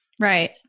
Right